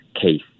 case